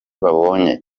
babonye